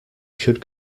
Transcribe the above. should